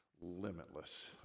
Limitless